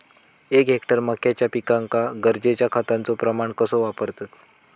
एक हेक्टर मक्याच्या पिकांका गरजेच्या खतांचो प्रमाण कसो वापरतत?